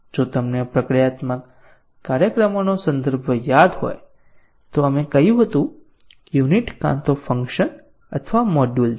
જો તમને પ્રક્રિયાત્મક કાર્યક્રમોનો સંદર્ભ યાદ હોય તો આપણે કહ્યું હતું કે યુનિટ કાં તો ફંક્શન અથવા મોડ્યુલ છે